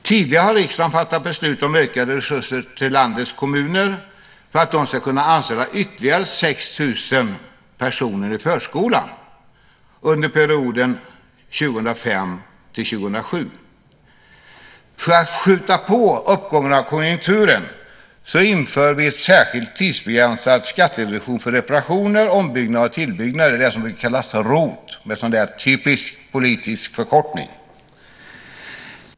Tidigare har riksdagen fattat beslut om ökade resurser till landets kommuner för att de ska kunna anställa ytterligare 6 000 personer i förskolan under perioden 2005-2007. För att skjuta på den uppåtgående konjunkturen inför vi en särskilt tidsbegränsad skattereduktion för reparationer, ombyggnad och tillbyggnad, det som kallas ROT - en typisk politisk förkortning.